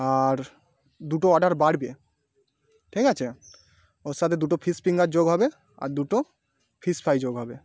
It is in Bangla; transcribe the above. আর দুটো অর্ডার বাড়বে ঠিক আছে ওর সাথে দুটো ফিশ ফিঙ্গার যোগ হবে আর দুটো ফিশ ফ্রাই যোগ হবে